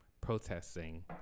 protesting